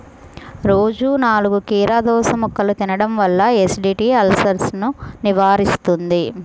రోజూ నాలుగు కీరదోసముక్కలు తినడం వల్ల ఎసిడిటీ, అల్సర్సను నివారిస్తుంది